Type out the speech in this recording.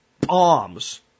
bombs